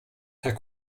herr